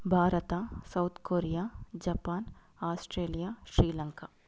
Bharat South Korea Japan Australia Sri Lanka